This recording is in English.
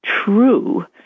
true